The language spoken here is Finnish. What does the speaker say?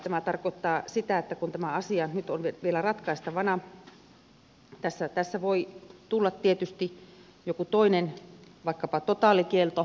tämä tarkoittaa sitä että kun tämä asia nyt on vielä ratkaistavana tässä voi tulla tietysti joku toinen lopputulos vaikkapa totaalikielto